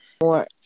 more